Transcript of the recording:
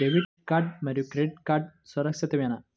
Debit card మరియు credit card సురక్షితమేనా?